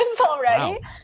already